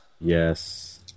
yes